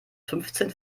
fünfzehn